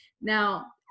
now